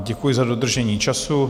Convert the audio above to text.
Děkuji za dodržení času.